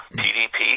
pdp